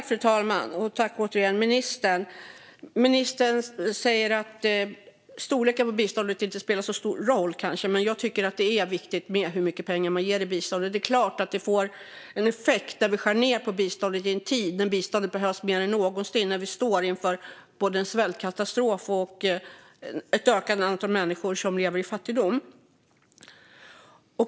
Fru talman! Ministern säger att storleken på biståndet kanske inte spelar så stor roll. Men jag tycker att det är viktigt hur mycket pengar man ger i bistånd. Det är klart att det får en effekt om vi skär ned på biståndet i en tid när biståndet behövs mer än någonsin och vi står inför både en svältkatastrof och ett ökande antal människor som lever i fattigdom.